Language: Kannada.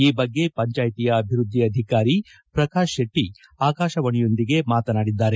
ಈ ಬಗ್ಗೆ ಪಂಚಾಯಿತಿಯ ಅಭಿವೃದ್ಧಿ ಅಧಿಕಾರಿ ಪ್ರಕಾಶ್ ಶೆಟ್ಟಿ ಆಕಾಶವಾಣಿಯೊಂದಿಗೆ ಮಾತನಾಡಿದ್ದಾರೆ